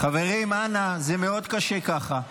חברים, אנא, זה מאוד קשה ככה.